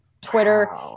Twitter